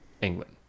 England